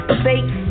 fake